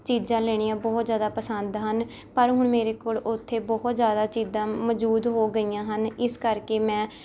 ਚੀਜ਼ਾਂ ਲੈਣੀਆਂ ਬਹੁਤ ਜ਼ਿਆਦਾ ਪਸੰਦ ਹਨ ਪਰ ਹੁਣ ਮੇਰੇ ਕੋਲ ਉੱਥੇ ਬਹੁਤ ਜ਼ਿਆਦਾ ਚੀਜ਼ਾਂ ਮੌਜੂਦ ਹੋ ਗਈਆਂ ਹਨ ਇਸ ਕਰਕੇ ਮੈਂ